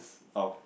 how